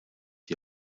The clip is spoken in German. die